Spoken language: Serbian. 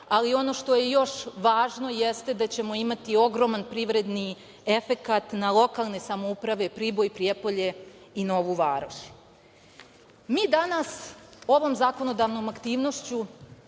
ali ono što je još važno jeste da ćemo imati i ogroman privredni efekat na lokalne samouprave Priboj, Prijepolje i Novu Varoš. Mi danas ovom zakonodavnom aktivnošću